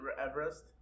Everest